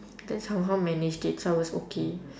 then somehow managed it so I was okay